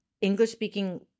English-speaking